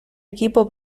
equipo